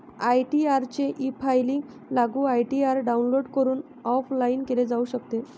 ITR चे e filing लागू ITR download करून ऑफलाइन केले जाऊ शकते